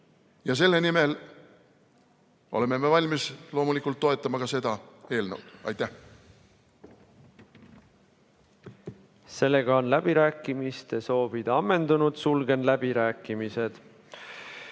ja selle nimel oleme me loomulikult valmis toetama seda eelnõu. Aitäh! Sellega on läbirääkimiste soovid ammendunud, sulgen läbirääkimised.